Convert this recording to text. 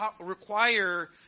require